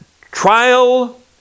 trial